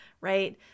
right